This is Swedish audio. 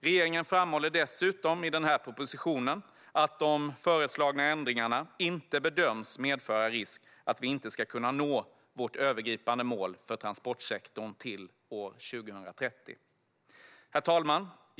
Regeringen framhåller dessutom i denna proposition att de föreslagna ändringarna inte bedöms medföra risk för att vi inte ska kunna nå vårt övergripande mål för transportsektorn till år 2030. Herr talman!